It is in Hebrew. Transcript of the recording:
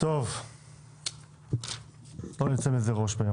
לא נצא מזה ראש.